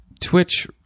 Twitch